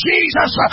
Jesus